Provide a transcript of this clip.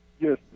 Yes